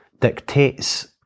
dictates